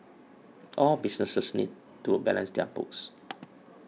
all businesses need to a balance their books